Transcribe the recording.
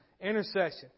Intercession